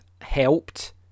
helped